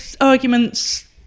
arguments